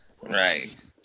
right